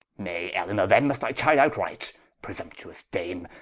nay elinor, then must i chide outright presumptuous dame,